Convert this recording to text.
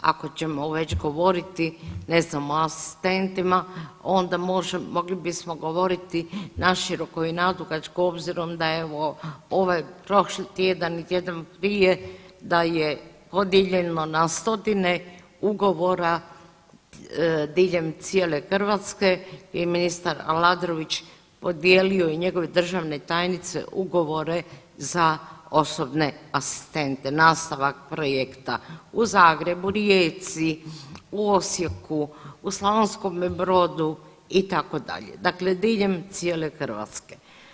Ako ćemo već govoriti, ne znam, o asistentima onda mogli bismo govoriti naširoko i nadugačko obzirom da je evo ovaj prošli tjedan i tjedan prije da je podijeljeno na stotine ugovora diljem cijele Hrvatske i ministar Aladrović podijelio je i njegove državne tajnice ugovore za osobne asistente, nastavak projekta u Zagrebu, Rijeci, u Osijeku, u Slavonskome Brodu itd., dakle diljem cijele Hrvatske.